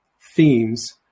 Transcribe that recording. themes